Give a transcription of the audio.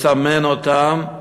לסמן אותם,